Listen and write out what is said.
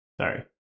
sorry